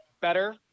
better